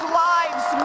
lives